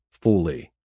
fully